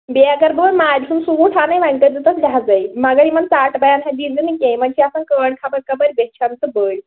بیٚیہِ اگر بہٕ وۅنۍ ماجہِ ہُنٛد سوٗٹ ہاونے وۅنۍ کٔرۍزِ تتھ لٮ۪حاظے مگر یِمن ژاٹہٕ باین ہٮ۪تھ دِیٖزِ نہٕ کیٚنٛہہ یِمن چھِ آسان کٲڈۍ خبر کپٲرۍ بیٚچھان تہٕ بٔلۍ